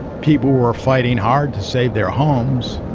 people were fighting hard to save their homes.